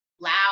loud